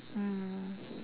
mm